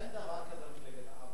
אין דבר כזה מפלגת העבודה.